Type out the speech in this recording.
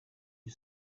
you